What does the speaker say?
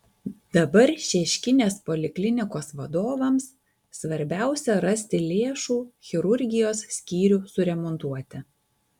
dabar šeškinės poliklinikos vadovams svarbiausia rasti lėšų chirurgijos skyrių suremontuoti